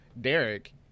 Derek